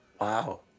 wow